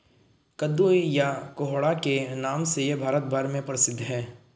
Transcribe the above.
कद्दू या कोहड़ा के नाम से यह भारत भर में प्रसिद्ध है